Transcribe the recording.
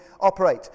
operate